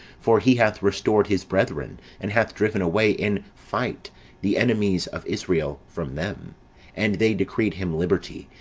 for he hath restored his brethren, and hath driven away in fight the enemies of israel from them and they decreed him liberty,